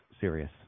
serious